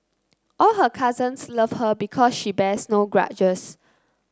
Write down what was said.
all her cousins love her because she bears no grudges